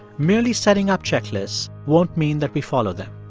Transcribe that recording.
merely setting up checklists won't mean that we follow them.